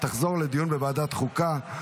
ותחזור לדיון בוועדת החוקה,